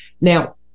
Now